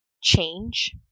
Change